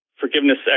forgiveness